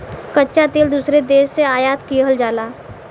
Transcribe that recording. कच्चा तेल दूसरे देश से आयात किहल जाला